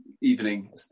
evening